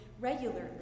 regularly